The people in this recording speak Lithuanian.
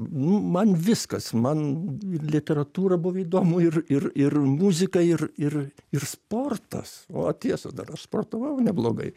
nu man viskas man ir literatūra buvo įdomu ir ir ir muzika ir ir ir sportas o tiesa dar aš sportavau neblogai